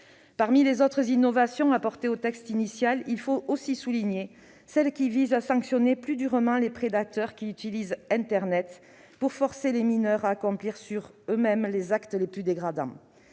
Parmi les autres innovations apportées au texte initial, il faut aussi souligner celle qui vise à sanctionner plus durement les prédateurs qui utilisent internet pour forcer les mineurs à accomplir sur eux-mêmes les actes les plus dégradants.